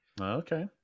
Okay